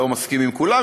לא מסכים עם כולן,